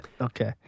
Okay